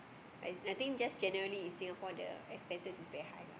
I I think generally just Singapore that the expenses is very high